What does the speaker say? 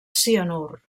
cianur